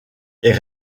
est